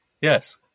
Yes